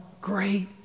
Great